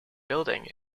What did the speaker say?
building